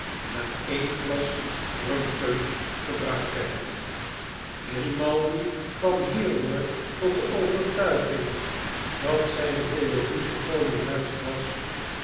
na een glas rum punch gebruikt te hebben grrimaldi kwam hierdoor tot de overtuiging dat zyne theorie volkomen juist was